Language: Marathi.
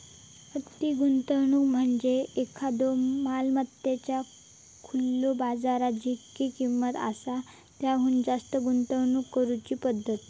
अति गुंतवणूक म्हणजे एखाद्यो मालमत्तेत खुल्यो बाजारात जितकी किंमत आसा त्याहुन जास्त गुंतवणूक करुची पद्धत